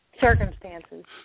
Circumstances